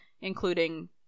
including